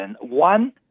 One